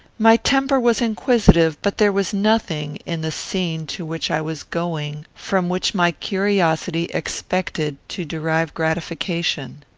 my temper was inquisitive, but there was nothing in the scene to which i was going from which my curiosity expected to derive gratification.